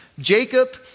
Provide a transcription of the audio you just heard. Jacob